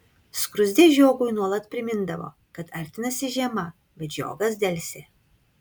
skruzdė žiogui nuolat primindavo kad artinasi žiema bet žiogas delsė